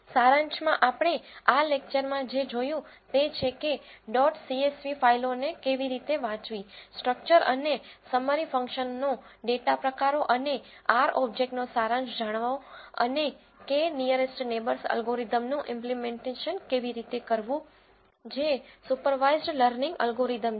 સારાંશમાં આપણે આ લેકચરમાં જે જોયું છે તે છે કે ડોટ સીએસવી ફાઇલોને કેવી રીતે વાંચવી સ્ટ્રક્ચર અને સમ્મરી ફંક્શનનો ડેટા પ્રકારો અને R ઓબ્જેક્ટનો સારાંશ જાણવા અને k નીઅરેસ્ટ નેબર્સ અલ્ગોરિધમનું ઈમ્પલીમેન્ટેશન કેવી રીતે કરવું રીતે કરવો જે સુપરવાઇસ્ડ લર્નિંગ અલ્ગોરિધમ છે